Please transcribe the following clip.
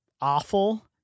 awful